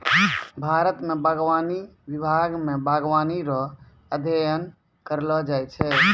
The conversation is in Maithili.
भारत मे बागवानी विभाग मे बागवानी रो अध्ययन करैलो जाय छै